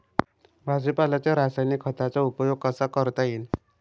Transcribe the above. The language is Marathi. भाजीपाल्याले रासायनिक खतांचा उपयोग कसा करता येईन?